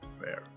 fair